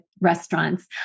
restaurants